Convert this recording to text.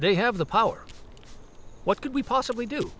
they have the power what could we possibly do